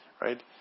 right